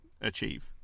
achieve